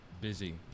busy